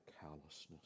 callousness